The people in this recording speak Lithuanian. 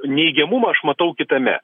neigiamumą aš matau kitame